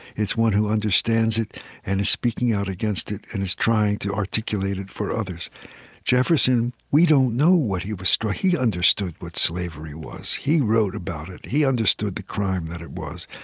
it's one who understands it and is speaking out against it and is trying to articulate it for others jefferson, we don't know what he was he understood what slavery was. he wrote about it, he understood the crime that it was.